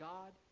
God